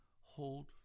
hold